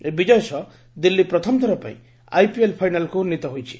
ଏହି ବିଜୟ ସହ ଦିଲ୍ଲୀ ପ୍ରଥମଥର ପାଇଁ ଆଇପିଏଲ୍ ଫାଇନାଲ୍କୁ ଉନ୍ନିତ ହୋଇଛି